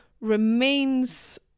remains